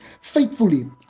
faithfully